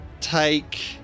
take